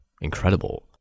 incredible